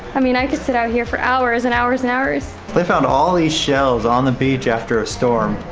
i mean i could sit out here for hours and hours and hours. they found all these shells on the beach after a storm.